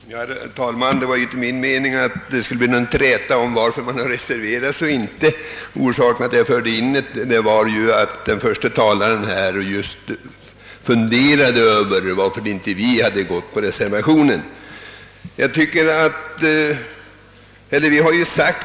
Herr talman! Det var inte min mening att det skulle bli någon träta om varför reservanterna reserverat sig. Orsaken till påpekandet var att den förste talaren funderade över varför vi inte hade anslutit oss till reservationen.